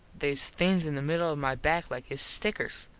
theys things in the middle of my back like his stickers.